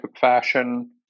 fashion